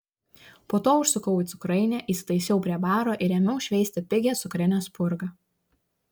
po to užsukau į cukrainę įsitaisiau prie baro ir ėmiau šveisti pigią cukrinę spurgą